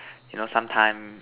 you know sometime